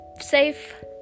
safe